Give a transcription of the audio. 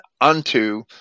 unto